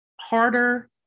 harder